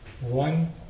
One